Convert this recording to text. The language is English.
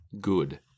good